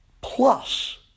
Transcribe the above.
plus